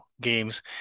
games